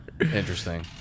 Interesting